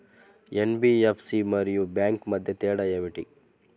NBFC మరియు bank మధ్య తేడా ఏమిటి?